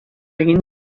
egin